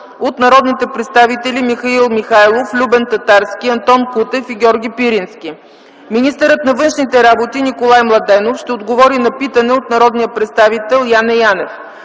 от народните представители Михаил Михайлов, Любен Татарски, Антон Кутев и Георги Пирински. Министърът на външните работи Николай Младенов ще отговори на питане от народния представител Яне Янев.